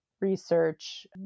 research